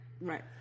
right